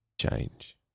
Change